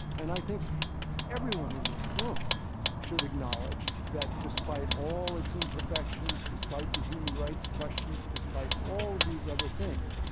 and i think everyone in this room should acknowledge that despite all its imperfections, despite the human rights questions, despite all of these other things,